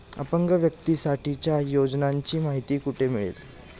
अपंग व्यक्तीसाठीच्या योजनांची माहिती कुठे मिळेल?